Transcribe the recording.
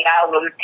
album